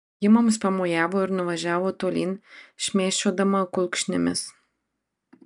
ji mums pamojavo ir nuvažiavo tolyn šmėsčiodama kulkšnimis